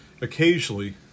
Occasionally